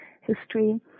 history